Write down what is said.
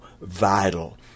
vital